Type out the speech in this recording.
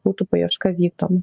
būtų paieška vykdoma